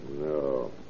No